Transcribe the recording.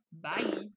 bye